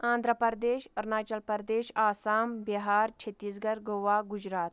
Andhra Pradesh Arunachal Pradesh Assam Bihar Chhattisgarh Goa Gujarat